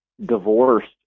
divorced